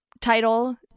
title